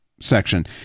section